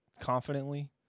confidently